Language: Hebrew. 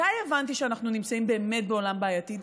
מתי באמת הבנתי שאנחנו נמצאים בעולם בעייתי?